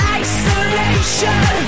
isolation